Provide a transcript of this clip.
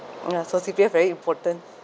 ya so C_P_F very important